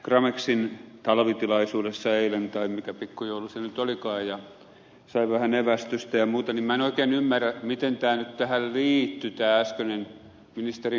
gramexin talvitilaisuudessa eilen tai mikä pikkujoulu se nyt olikaan sain vähän evästystä ja muuta ja minä en oikein ymmärrä miten tämä nyt tähän liittyi tämä äskeinen ministerin puheenvuoro